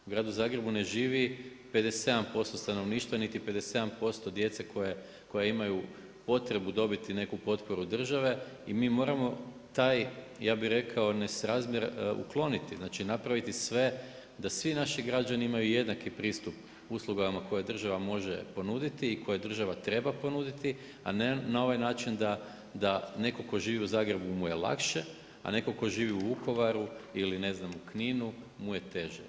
U gradu Zagrebu ne živi 57% stanovništva, niti 57% djeca koja imaju potrebu dobiti neku potporu države i mi moramo taj, ja bi rekao, nesrazmjer ukloniti, znači napraviti sve da svi naši građani imaju jednaki pristup uslugama koje država može ponuditi i koje država treba ponuditi a ne na ovaj način da netko tko živi u Zagrebu mu je lakše, a netko tko živi u Vukovaru ili ne znam u Kninu, mu je teže.